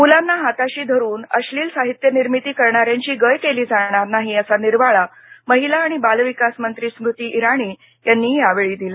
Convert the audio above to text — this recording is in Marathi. मुलांना हाताशी धरून अश्नील दृक्श्राव्य साहित्यनिर्मिती करणाऱ्यांची गय केली जाणार नाही असा निर्वाळा महिला आणि बाल विकास मंत्री स्मृती इराणी यांनी यावेळी दिला